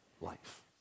life